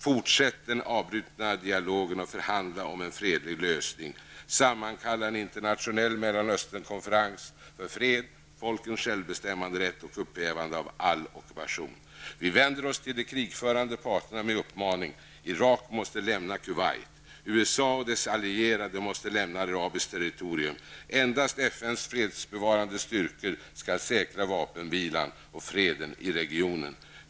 Fortsätt den avbrutna dialogen och förhandla om en fredlig lösning. Vi vänder oss till de krigförande parterna med uppmaningen: -- Irak måste lämna Kuwait. -- USA och dess allierade måste lämna arabiskt terrotorium; endast FNs fredsbevarande styrkor skall säkra vapenvilan och freden i regionen.